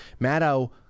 maddow